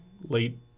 late